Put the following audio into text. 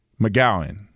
McGowan